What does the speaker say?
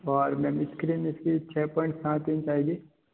और ma'am screen इसकी छः पॉइंट फाइव इंच आएगी